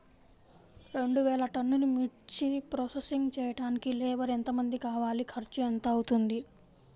రెండు వేలు టన్నుల మిర్చి ప్రోసెసింగ్ చేయడానికి లేబర్ ఎంతమంది కావాలి, ఖర్చు ఎంత అవుతుంది?